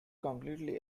completely